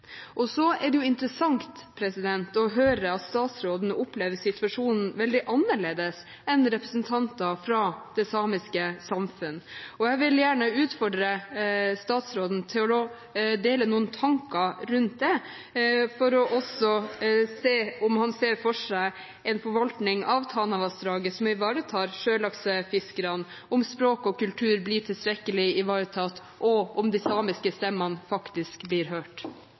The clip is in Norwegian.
press. Så er det interessant å høre at statsråden opplever situasjonen veldig annerledes enn representanter for det samiske samfunn. Jeg vil gjerne utfordre statsråden til å dele noen tanker rundt det for å se om han ser for seg en forvaltning av Tanavassdraget som ivaretar sjølaksefiskerne, om språk og kultur blir tilstrekkelig ivaretatt, og om de samiske stemmene faktisk blir hørt.